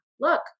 look